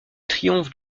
triomphe